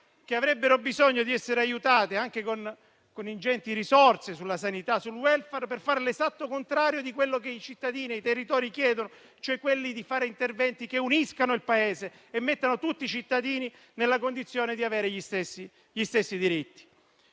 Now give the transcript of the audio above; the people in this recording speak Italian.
che avrebbero bisogno di essere aiutate anche con ingenti risorse sulla sanità e sul *welfare,* per fare l'esatto contrario di quello che i cittadini e i territori chiedono, cioè interventi che uniscano il Paese e che mettano tutti i cittadini nella condizione di avere gli stessi diritti.